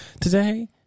today